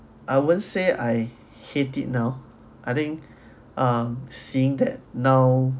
I won't say I hate it now I think um seeing that now